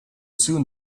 soon